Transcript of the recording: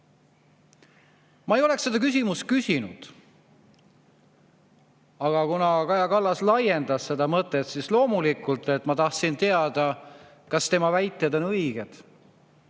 Ma ei oleks seda küsimust küsinud, aga kuna Kaja Kallas laiendas seda mõtet, siis ma loomulikult tahtsin teada, kas tema väited on õiged.